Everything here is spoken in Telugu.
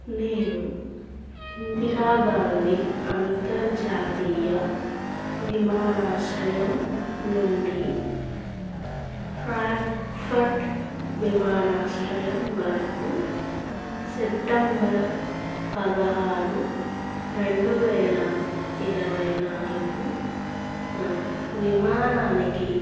నేను ఇందిరా గాంధీ అంతర్జాతీయ విమానాశ్రయం నుండి ఫ్రాంక్ఫట్ విమానాశ్రయం వరకు సెప్టెంబర్ పదహారు రెండు వేల ఇరవైనాలుగున విమానానికి